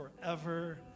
forever